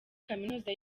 kaminuza